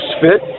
fit